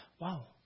wow